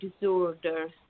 disorders